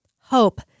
Hope